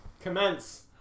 commence